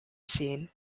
scene